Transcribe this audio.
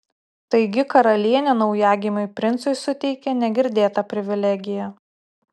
taigi karalienė naujagimiui princui suteikė negirdėtą privilegiją